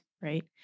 Right